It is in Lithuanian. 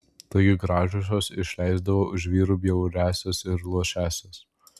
taigi gražiosios išleisdavo už vyrų bjauriąsias ir luošąsias